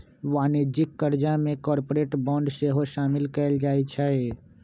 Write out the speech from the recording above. वाणिज्यिक करजा में कॉरपोरेट बॉन्ड सेहो सामिल कएल जाइ छइ